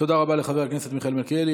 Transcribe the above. תודה רבה לחבר הכנסת מיכאל מלכיאלי.